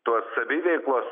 tuos saviveiklos